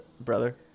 brother